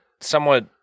somewhat